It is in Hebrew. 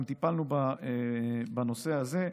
טיפלנו גם בנושא הזה.